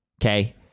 okay